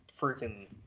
freaking